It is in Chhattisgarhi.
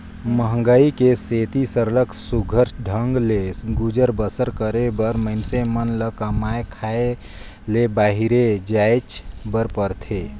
मंहगई के सेती सरलग सुग्घर ढंग ले गुजर बसर करे बर मइनसे मन ल कमाए खाए ले बाहिरे जाएच बर परथे